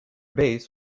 base